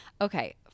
Okay